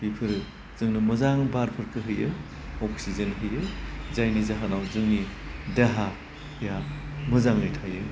बिफोरो जोंनो मोजां बारफोरखौ होयो अक्सिजेन होयो जायनि जाहोनाव जोंनि देहाया मोजाङै थायो